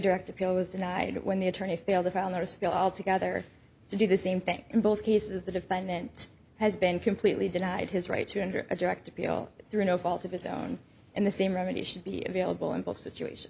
direct appeal was denied when the attorney failed or found there are still all together to do the same thing in both cases the defendant has been completely denied his right to under a direct appeal through no fault of his own and the same remedy should be available in both situation